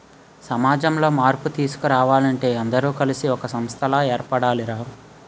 సమాజంలో మార్పు తీసుకురావాలంటే అందరూ కలిసి ఒక సంస్థలా ఏర్పడాలి రా